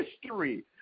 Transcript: history